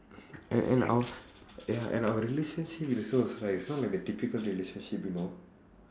and and our ya and our relationship is also it's like it's not like a typical relationship you know